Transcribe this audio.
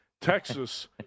Texas